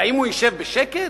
והאם הוא ישב בשקט,